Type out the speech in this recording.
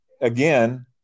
again